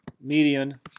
median